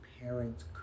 parents